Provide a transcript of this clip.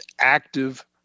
active